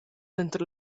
suenter